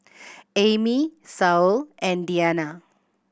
Amy Saul and Deanna